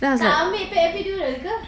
then I was like